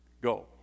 go